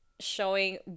showing